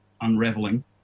unraveling